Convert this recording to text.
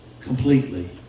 Completely